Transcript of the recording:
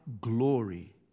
glory